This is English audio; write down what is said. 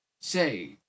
Say